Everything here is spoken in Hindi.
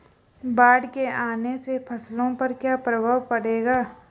बाढ़ के आने से फसलों पर क्या प्रभाव पड़ेगा?